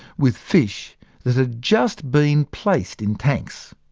with fish that had just been placed in tanks.